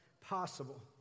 possible